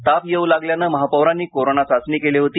ताप येऊ लागल्याने महापौरांनी कोरोना चाचणी केली होती